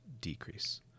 decrease